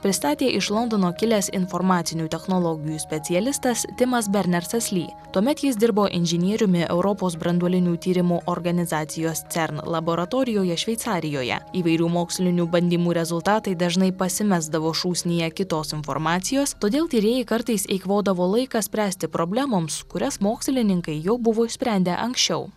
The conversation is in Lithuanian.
pristatė iš londono kilęs informacinių technologijų specialistas timas bernersas ly tuomet jis dirbo inžinieriumi europos branduolinių tyrimų organizacijos cern laboratorijoje šveicarijoje įvairių mokslinių bandymų rezultatai dažnai pasimesdavo šūsnyje kitos informacijos todėl tyrėjai kartais eikvodavo laiką spręsti problemoms kurias mokslininkai jau buvo išsprendę anksčiau